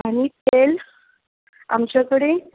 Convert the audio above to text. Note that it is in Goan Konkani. आनी तेल आमचे कडेन